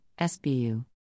SBU